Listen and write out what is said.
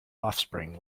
offspring